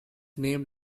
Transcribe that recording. named